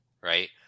right